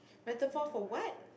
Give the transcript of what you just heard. metaphor for what